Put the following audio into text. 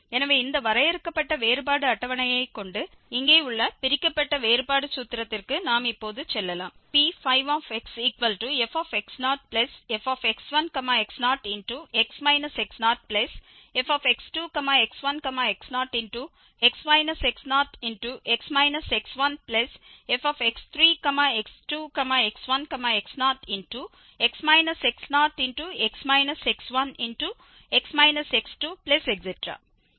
எனவே இந்த வரையறுக்கப்பட்ட வேறுபாடு அட்டவணையைக் கொண்டு இங்கே உள்ள பிரிக்கப்பட்ட வேறுபாடு சூத்திரத்திற்கு நாம் இப்போது செல்லலாம் P5xfx0fx1x0x x0fx2x1x0x x0x x1fx3x2x1x0x x0x x1x x2